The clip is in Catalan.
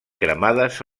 cremades